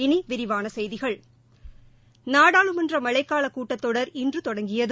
இனி விரிவான செய்திகள் நாடாளுமன்ற மழைக்கால கூட்டத்தொடர் இன்று தொடங்கியது